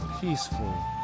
peaceful